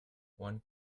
one